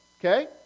okay